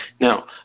Now